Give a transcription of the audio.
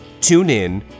TuneIn